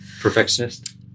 Perfectionist